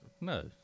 No